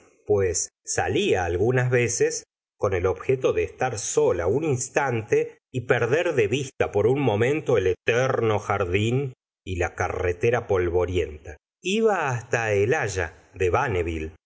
pues salía algunas veces con el objeto de estar sola un instante y perder de vista por un momento el eterno jardín y la carretera polvorienta iba hasta el haya de